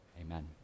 Amen